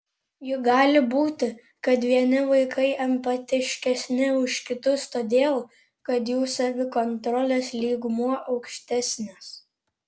juk gali būti kad vieni vaikai empatiškesni už kitus todėl kad jų savikontrolės lygmuo aukštesnis